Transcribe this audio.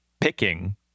Picking